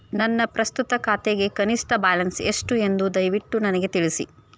ನನ್ನ ಪ್ರಸ್ತುತ ಖಾತೆಗೆ ಕನಿಷ್ಟ ಬ್ಯಾಲೆನ್ಸ್ ಎಷ್ಟು ಎಂದು ದಯವಿಟ್ಟು ನನಗೆ ತಿಳಿಸಿ